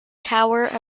tower